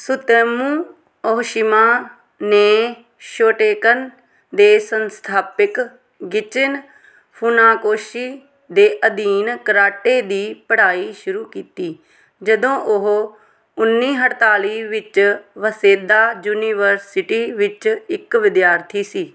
Tsutomu Ohshima ਨੇ Shotokan ਦੇ ਸੰਸਥਾਪਕ ਗੀਚਿਨ ਫੁਨਾਕੋਸ਼ੀ ਦੇ ਅਧੀਨ ਕਰਾਟੇ ਦੀ ਪੜ੍ਹਾਈ ਸ਼ੁਰੂ ਕੀਤੀ ਜਦੋਂ ਉਹ ਉੱਨੀ ਅਠਤਾਲੀ ਵਿੱਚ ਵਾਸੇਦਾ ਯੂਨੀਵਰਸਿਟੀ ਵਿੱਚ ਇੱਕ ਵਿਦਿਆਰਥੀ ਸੀ